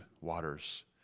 waters